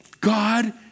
God